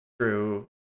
true